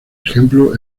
ejemplo